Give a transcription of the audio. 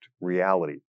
reality